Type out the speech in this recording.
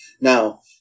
Now